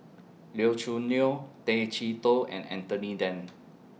Liu Choo Neo Tay Chee Toh and Anthony Then